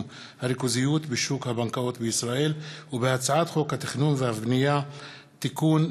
הריכוזיות בשוק הבנקאות בישראל ובהצעת חוק התכנון והבנייה (תיקון,